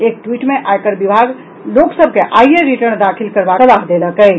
एक ट्वीट मे आयकर विभाग लोक सभ के आइये रिटर्न दाखिल करबाक सलाह देलक अछि